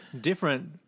different